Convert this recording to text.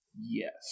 Yes